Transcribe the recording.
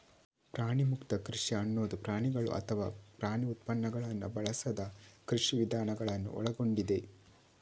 ಪ್ರಾಣಿಮುಕ್ತ ಕೃಷಿ ಅನ್ನುದು ಪ್ರಾಣಿಗಳು ಅಥವಾ ಪ್ರಾಣಿ ಉತ್ಪನ್ನಗಳನ್ನ ಬಳಸದ ಕೃಷಿ ವಿಧಾನಗಳನ್ನ ಒಳಗೊಂಡಿದೆ